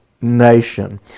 nation